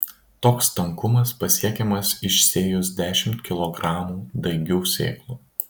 toks tankumas pasiekiamas išsėjus dešimt kilogramų daigių sėklų